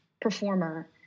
performer